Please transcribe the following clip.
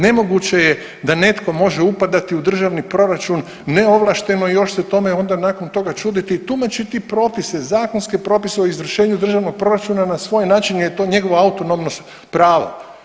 Nemoguće je da netko može upadati u državni proračun neovlašteno i još se tome onda nakon toga čuditi i tumačiti propisuje, zakonske propise o izvršenju državnog proračuna na svoj način jer je to njegovo autonomno pravo.